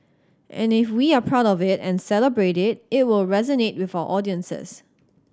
and if we are proud of it and celebrate it it will resonate with our audiences